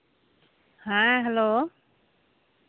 ᱦᱮᱸ ᱦᱮᱞᱳ